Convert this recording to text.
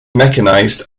mechanized